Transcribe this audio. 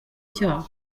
cyabo